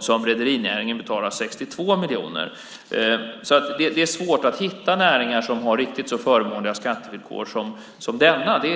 som rederinäringen betalar 62 miljoner. Det är svårt att hitta näringar som har så förmånliga skattevillkor som denna.